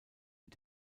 mit